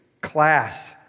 class